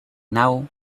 now